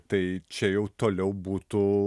tai čia jau toliau būtų